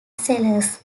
sellers